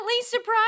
surprised